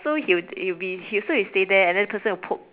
so he'll it'll be he so he stay there and the person will poke